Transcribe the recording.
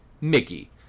Mickey